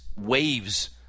waves